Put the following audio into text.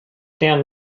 deren